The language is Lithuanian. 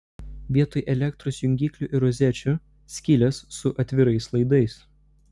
vietoj elektros jungiklių ir rozečių skylės su atvirais laidais